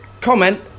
comment